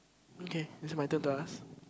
okay is my turn to ask